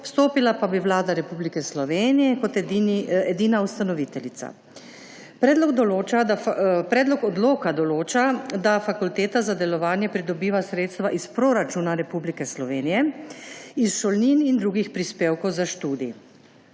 vstopila pa bi Vlada Republike Slovenije kot edina ustanoviteljica. Predlog odloka določa, da fakulteta za delovanje pridobiva sredstva iz proračuna Republike Slovenije, iz šolnin in drugih prispevkov za študij.